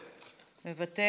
מוותר.